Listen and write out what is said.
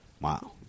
wow